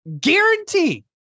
Guarantee